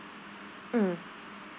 mm